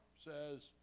says